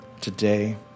Today